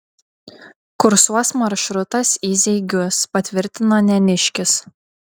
kursuos maršrutas į zeigius patvirtino neniškis